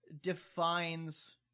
defines